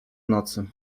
nocy